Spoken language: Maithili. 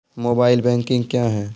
मोबाइल बैंकिंग क्या हैं?